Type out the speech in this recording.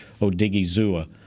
Odigizua